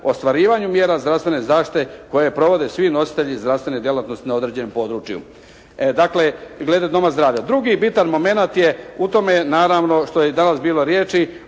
ostvarivanju mjera zdravstvene zaštite koje provode svi nositelji zdravstvene djelatnosti na određenom području. Dakle glede doma zdravlja drugi bitan momenat je u tome naravno što je i danas bilo riječi